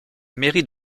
mairie